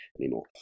anymore